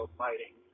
fighting